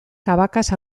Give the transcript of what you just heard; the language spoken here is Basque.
cabacas